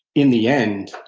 in the end